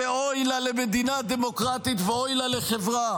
אוי לה למדינה דמוקרטית ואוי לה לחברה